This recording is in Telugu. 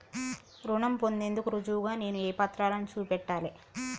రుణం పొందేందుకు రుజువుగా నేను ఏ పత్రాలను చూపెట్టాలె?